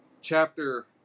chapter